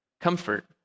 comfort